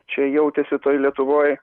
čia jautėsi toj lietuvoj